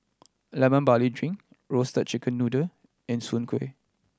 Lemon Barley Drink Roasted Chicken Noodle and Soon Kuih